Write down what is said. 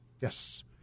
Yes